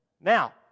Now